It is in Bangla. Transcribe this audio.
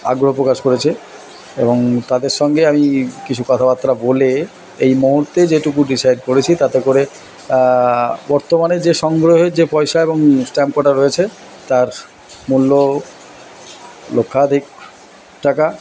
আগ্রহ প্রকাশ করেছে এবং তাদের সঙ্গে আমি কিছু কথাবার্তা বলে এই মুহুর্তে যেটুকু ডিসাইড করেছি তাতে করে বর্তমানে যে সংগ্রহের যে পয়সা এবং স্ট্যাম্প কটা রয়েছে তার মূল্য লক্ষাধিক টাকা